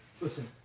Listen